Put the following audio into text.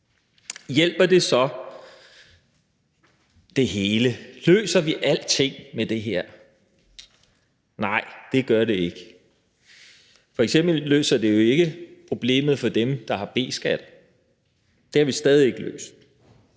Hjælper det så det hele? Løser vi alting med det her? Nej, det gør vi ikke. F.eks. løser det jo ikke problemet for dem, der har B-skat. Det har vi stadig ikke løst,